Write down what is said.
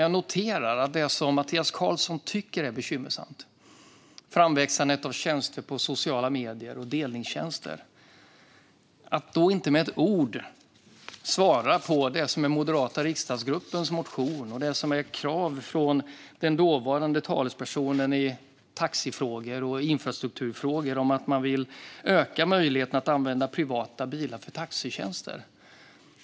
Jag noterar att Mattias Karlsson tycker att det är bekymmersamt med framväxandet av delningstjänster på sociala medier. Men inte med ett ord säger han något om den moderata riksdagsgruppens motion och kravet från den dåvarande talespersonen i taxifrågor och infrastrukturfrågor som handlar om att man vill öka möjligheten att använda privata bilar till taxitjänster.